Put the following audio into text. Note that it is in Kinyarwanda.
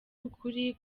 ukuri